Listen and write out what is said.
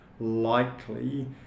likely